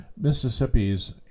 mississippi's